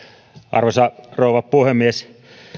arvoisa rouva puhemies